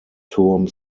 ein